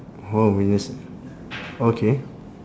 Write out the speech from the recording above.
orh be my s~ okay